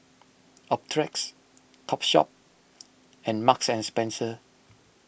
Optrex Topshop and Marks and Spencer